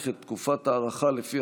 נגד.